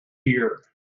here